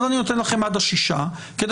ולכן אני נותן לכם את עד ה-6 באפריל כדי